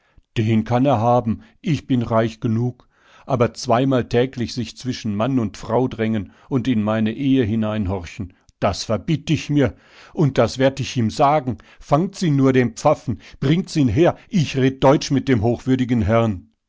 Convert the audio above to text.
den kann er haben ich bin reich genug aber zweimal täglich sich zwischen mann und frau drängen und in meine ehe hineinhorchen das verbitt ich mir und das werd ich ihm sagen fangt's ihn nur den pfaffen bringt's ihn her ich red deutsch mit dem hochwürdigen herrn